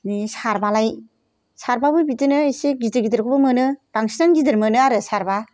नै सारबालाय सारबाबो बिदिनो एसे गिदिर गिदिरखौबो मोनो बांसिनानो गिदिर मोनो आरो सारबा